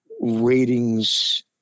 ratings –